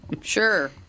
Sure